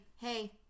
hey